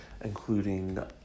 including